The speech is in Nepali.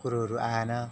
कुरोहरू आएन